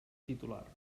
titular